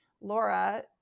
Laura